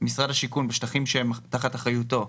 משרד השיכון בשטחים שהם תחת אחריותו,